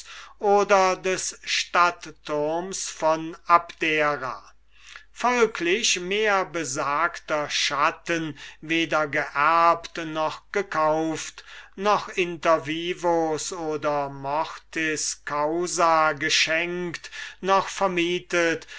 oder des stadtturms von abdera folglich mehrbesagter schatten weder geerbt noch gekauft noch inter vivos oder mortis causa geschenkt noch vermietet